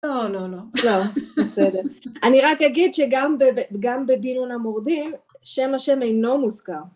לא, לא, לא. בסדר. אני רק אגיד שגם בבינו נא מורדים, שם ה׳ אינו מוזכר.